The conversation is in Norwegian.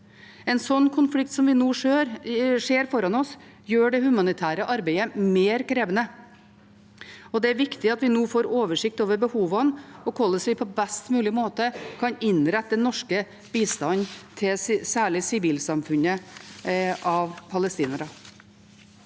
Den konflikten vi nå ser foran oss, gjør det humanitære arbeidet mer krevende. Det er viktig at vi nå får oversikt over behovene og hvordan vi på best mulig måte kan innrette den norske bistanden til særlig det palestinske